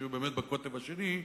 שהיו באמת בקוטב השני.